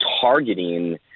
targeting